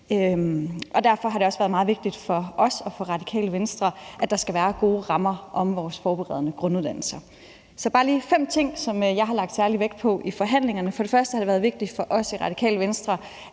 Derfor har det også været meget vigtigt for os i Radikale Venstre, at der skal være gode rammer om vores forberedende grunduddannelse. Jeg vil bare lige nævne fem ting, som jeg har lagt særlig vægt på i forhandlingerne. For det første har det været vigtigt for os i Radikale Venstre,